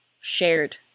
shared